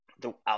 throughout